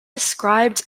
described